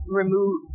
remove